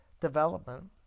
development